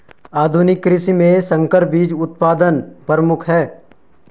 आधुनिक कृषि में संकर बीज उत्पादन प्रमुख है